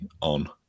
on